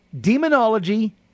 demonology